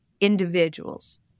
individuals